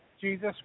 Jesus